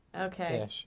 Okay